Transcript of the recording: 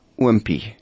wimpy